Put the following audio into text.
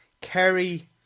Kerry